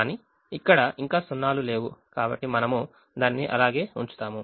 కాని ఇక్కడ ఇంకా సున్నాలు లేవు కాబట్టి మనము దానిని అలాగే ఉంచుతాము